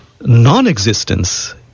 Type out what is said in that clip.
non-existence